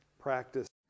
practice